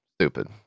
Stupid